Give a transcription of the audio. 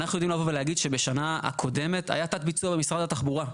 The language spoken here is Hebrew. אנחנו יודעים לבוא ולהגיד שבשנה הקודמת היה תת ביצוע במשרד התחבורה.